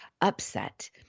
upset